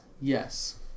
Yes